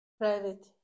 private